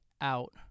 out